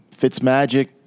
Fitzmagic